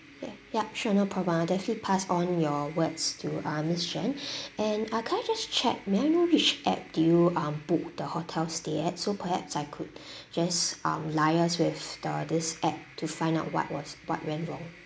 ya yup sure no problem I'll definitely pass on your words to uh miss jane and uh can I just check may I know which app did you um book the hotel stay at so perhaps I could just um liaise with the this app to find out what was what went wrong